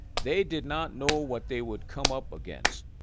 they did not know what they would come up against.